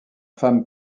femmes